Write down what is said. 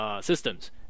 systems